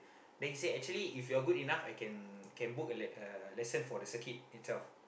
then he say actually if you are good enough I can can book a l~ a lesson for the circuit itself